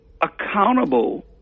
accountable